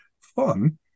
fun